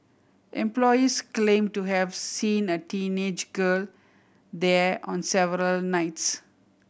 employees claimed to have seen a teenage girl there on several nights